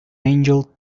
angel